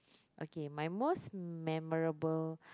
okay my most memorable